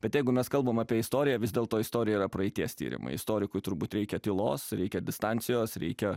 bet jeigu mes kalbam apie istoriją vis dėlto istorija yra praeities tyrimai istorikui turbūt reikia tylos reikia distancijos reikia